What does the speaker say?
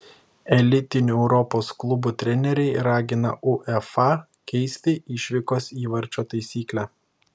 elitinių europos klubų treneriai ragina uefa keisti išvykos įvarčio taisyklę